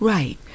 Right